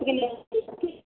जी नमस्ते